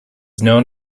known